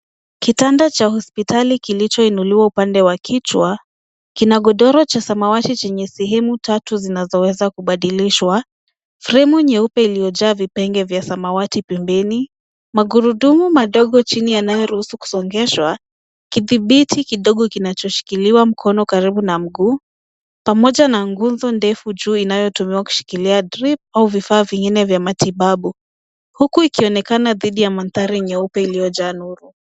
Kitanda cha hospitali kimeinuliwa upande wa kichwa, kikiwa na godoro la samawati lenye sehemu tatu zinazoweza kubadilishwa. Kina fremu ya chuma yenye vipengele vya samawati pembeni, magurudumu madogo chini yanayoruhusu kusogezwa kwa urahisi, kipini kidogo cha kushikilia kwa mkono karibu na mguu, pamoja na miguu mizito na imara ya kuimarisha uthabiti.